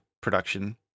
production